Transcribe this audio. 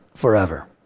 forever